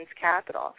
capital